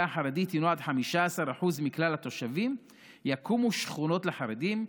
החרדית הוא עד 15% מכלל התושבים יקומו שכונות לחרדים,